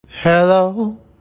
Hello